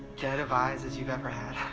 dead of eyes as you've ever had,